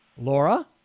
Laura